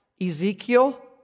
Ezekiel